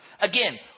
Again